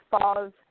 falls